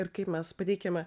ir kaip mes pateikiame